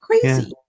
crazy